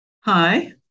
Hi